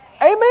Amen